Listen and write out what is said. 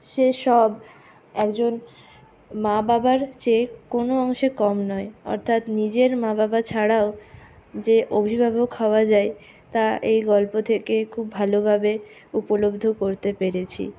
সেসব একজন মা বাবার চেয়ে কোনও অংশে কম নয় অর্থাৎ নিজের মা বাবা ছাড়াও যে অভিভাবক হওয়া যায় তা এই গল্প থেকে খুব ভালোভাবে উপলব্ধ করতে পেরেছি